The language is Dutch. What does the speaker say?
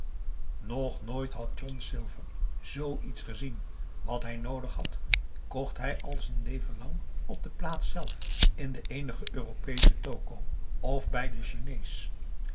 nog nooit had john silver zoo iets gezien wat hij noodig had kocht hij al z'n leven lang op de plaats zelf in de eenige europeesche toko of bij den chinees